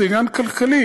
וזה עניין כלכלי.